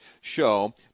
show